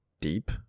deep